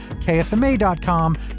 kfma.com